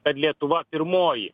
kad lietuva pirmoji